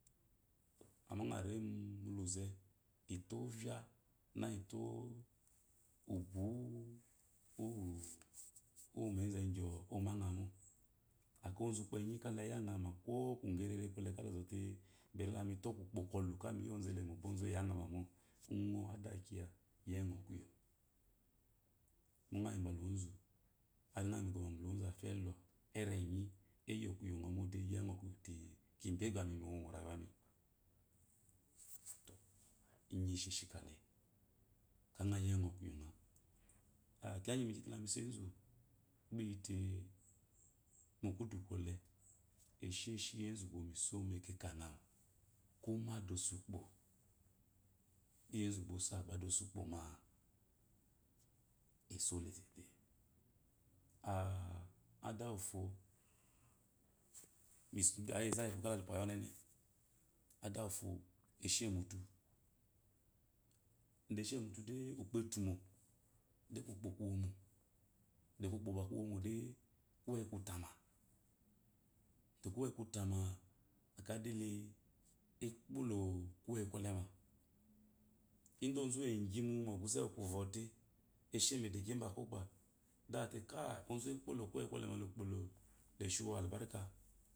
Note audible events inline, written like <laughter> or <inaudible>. Amma ngo remu luze ito ovya na ito ubu yu yu naze gyoo omangamo akayi ozu kpenyi kela yangama ko ku kerenere kɔle kda yangama ko ku kerere kɔle zote mito kukpokulu kala ya ozelemo ba ozu ba ozu yangamama ngo adakiya to engo kuyo gba ngoyi bala ozu gbangoyibala ozu afielɔ erenyi eyokuyongomde yo engo kuyo te kibebemi mu orayuwam to enyi isheshe ikale kayi ngo yoengo kunyounga kiya gyi mi gyite la mi bo ezu gba yite mukadu ngle eshishi yezu ba oyimisi mekekaga ko ba ada osukpo yi enzuba osowu gba adaosukpo ma esole tete <hesitation> adawufo mibayi eza yif kakyi hipwayi onene adamafo eshe mute eshemutude ukpo kuwomode kuweyi kutama te kuweyi kutama akeyi adale ekpolo kuweyi kɔcema ide ozuwe gyi mɔoguze mu ozuwe kpolu kuweyi kɔlele ukpoleshim albarka